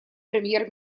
премьер